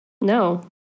No